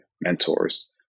mentors